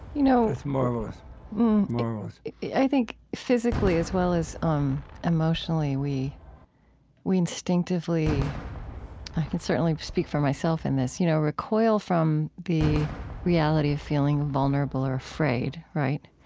you know marvelous, marvelous i think, physically as well as um emotionally, we we instinctively i can certainly speak for myself in this you know recoil from the reality of feeling vulnerable or afraid, right?